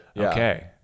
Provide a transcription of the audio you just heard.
okay